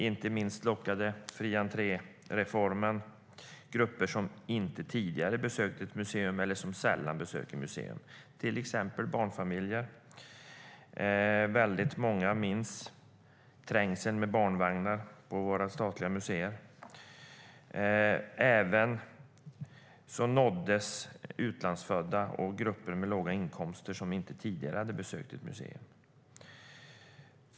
Inte minst lockade reformen grupper som inte tidigare besökt ett museum eller som sällan besöker museer, till exempel barnfamiljer. Väldigt många minns trängseln med barnvagnar på våra statliga museer. Också utlandsfödda nåddes, liksom grupper med låga inkomster, som inte tidigare hade besökt ett museum.